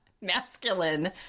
masculine